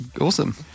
awesome